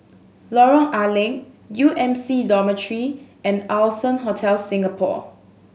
Lorong A Leng U M C Dormitory and Allson Hotel Singapore